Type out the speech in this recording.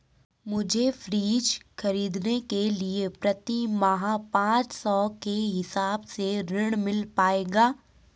मुझे फ्रीज खरीदने के लिए प्रति माह पाँच सौ के हिसाब से ऋण मिल पाएगा?